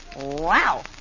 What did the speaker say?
Wow